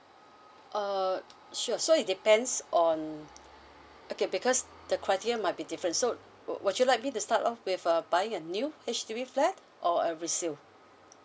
uh sure so it depends on okay because the criteria might be different so would you like me to start off with uh buying a new H_D_B flat or a resale